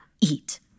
Eat